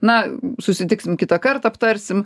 na susitiksim kitąkart aptarsim